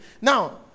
Now